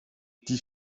die